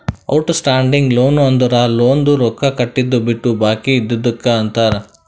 out standing loan ಅಂದುರ್ ಲೋನ್ದು ರೊಕ್ಕಾ ಕಟ್ಟಿದು ಬಿಟ್ಟು ಬಾಕಿ ಇದ್ದಿದುಕ್ ಅಂತಾರ್